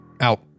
Out